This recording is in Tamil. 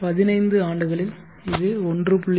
15 ஆண்டுகளில் இது 1